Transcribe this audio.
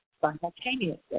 simultaneously